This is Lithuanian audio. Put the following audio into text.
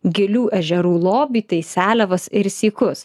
gilių ežerų lobį tai seliavas ir sykus